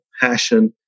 passion